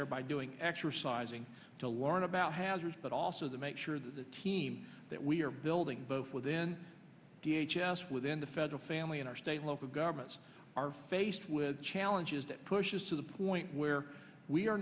there by doing exercising to learn about hazards but also that make sure that the team that we are building both within the h s within the federal family in our state local governments are faced with challenges that pushes to the point where we are